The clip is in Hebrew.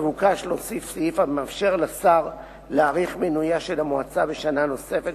מבוקש להוסיף סעיף המאפשר לשר להאריך את מינויה של המועצה בשנה נוספת,